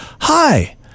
Hi